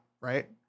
right